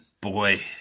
boy